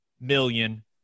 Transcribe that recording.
million